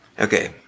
Okay